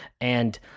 And-